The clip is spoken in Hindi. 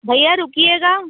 भैया रुकिएगा